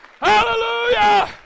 Hallelujah